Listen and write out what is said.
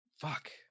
fuck